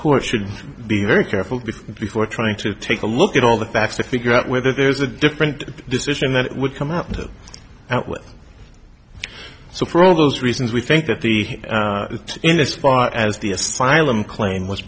court should be very careful because before trying to take a look at all the facts to figure out whether there's a different decision that would come out and go out with so for all those reasons we think that the in this far as the asylum claim was